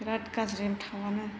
बिराद गाज्रि थावआनो